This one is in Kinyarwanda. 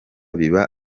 biba